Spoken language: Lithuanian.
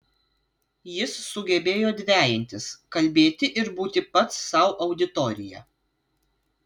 jis sugebėjo dvejintis kalbėti ir būti pats sau auditorija